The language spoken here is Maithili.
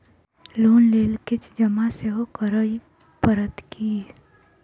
लोन लेल किछ जमा सेहो करै पड़त की?